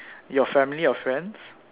your family your friends